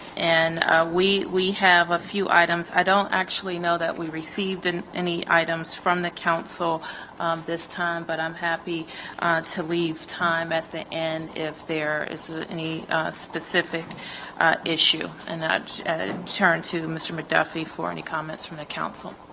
and we we have a few items. i don't actually know that we received and any items from the council this time but i'm happy to leave time at the end if there is ah any specific issue, and i would ah turn to mr. mcduffie for any comments from the council.